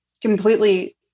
completely